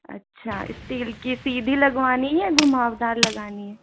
अच्छा स्टील की सीधी लगवानी है या घुमावदार लगानी है